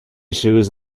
shoes